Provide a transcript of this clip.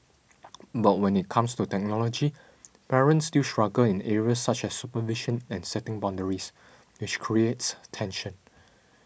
but when it comes to technology parents still struggle in areas such as supervision and setting boundaries which creates tension